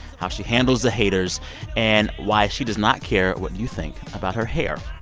how she handles the haters and why she does not care what you think about her hair.